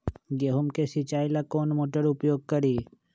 गेंहू के सिंचाई ला कौन मोटर उपयोग करी?